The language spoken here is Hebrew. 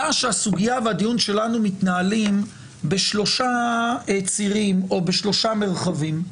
עלה שהסוגייה והדיון שלנו מתנהלים בשלושה צירים או בשלושה מרחבים.